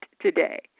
today